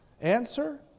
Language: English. Answer